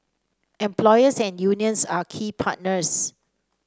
employers and unions are key partners